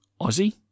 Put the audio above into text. aussie